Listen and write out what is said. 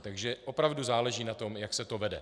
Takže opravdu záleží na tom, jak se to vede.